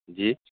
جی